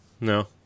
No